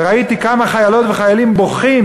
וראיתי כמה חיילות וחיילים בוכים,